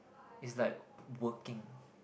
is like working